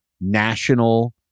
national